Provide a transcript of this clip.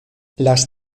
las